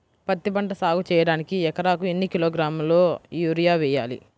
పత్తిపంట సాగు చేయడానికి ఎకరాలకు ఎన్ని కిలోగ్రాముల యూరియా వేయాలి?